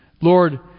Lord